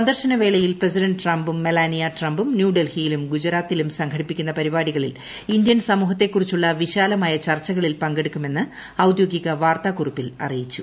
സന്ദർശന വേളയിൽ പ്രസിഡന്റ് ട്രംപും മെലാനിയ ട്രംപും ന്യൂഡൽഹിയിലും ഗുജറാത്തിലും സംഘടിപ്പിക്കുന്ന പരിപാടികളിൽ ഇന്ത്യൻ സമൂഹത്തെക്കുറിച്ചുള്ള വിശാലമായ ചർച്ചകളിൽ പങ്കെടുക്കുമെന്ന് ഔദ്യോഗിക വാർത്താകുറിപ്പിൽ അറിയിച്ചു